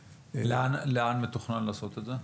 לאן מתוכנן לעשות את זה?